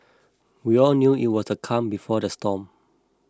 we all knew it was a calm before the storm